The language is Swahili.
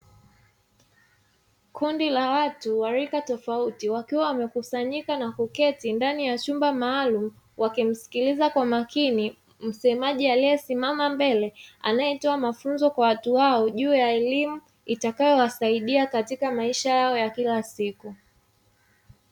Kundi la watu wa rika tofauti wakiwa wameketi ndani ya chumba maalumu, wakimsikiliza kwa makini msemaji aliyesimama mbele anayetoa mafunzo kwa watu hao juu ya elimu itakayowasaidia Katika maisha yao ya kila siku.